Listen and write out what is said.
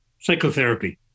psychotherapy